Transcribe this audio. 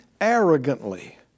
arrogantly